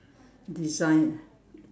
design ah